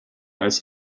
als